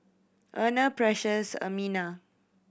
Erna Precious Ermina